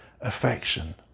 affection